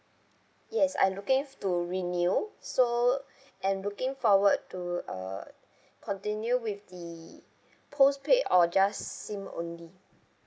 yes I'm looking to renew so and looking forward to uh continue with the postpaid or just SIM only